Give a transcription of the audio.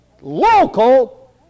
Local